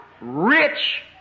rich